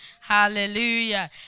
Hallelujah